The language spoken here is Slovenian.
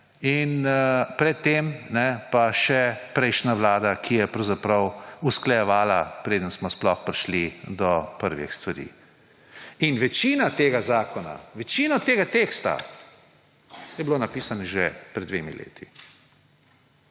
Pred tem pa še prejšnja vlada, ki je pravzaprav usklajevala, preden smo sploh prišli do prvih stvari. Večina tega zakona, večino tega teksta je bilo napisanega že pred dvemi leti.